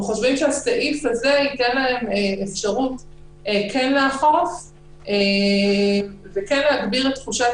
הסעיף הזה ייתן להם אפשרות כן לאכוף וכן להגביר את תחושת